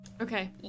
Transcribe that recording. Okay